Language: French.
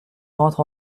rentre